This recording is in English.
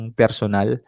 personal